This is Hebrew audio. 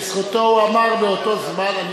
לזכותו הוא אמר באותו זמן,